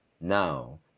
now